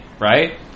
right